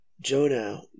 Jonah